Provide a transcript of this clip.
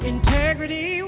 Integrity